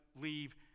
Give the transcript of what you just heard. leave